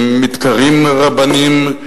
הם מתקראים רבנים,